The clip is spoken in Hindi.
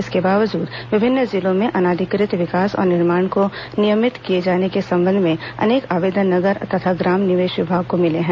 इसके बावजूद विभिन्न जिलो में अनाधिकृत विकास और निर्माण को नियमित किए जाने के संबंध में अनेक आवेदन नगर तथा ग्राम निवेश विभाग को मिले हैं